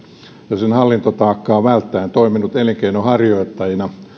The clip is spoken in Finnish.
ja sen hallintotaakkaa välttäen toiminut elinkeinonharjoittajina